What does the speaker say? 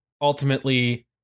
ultimately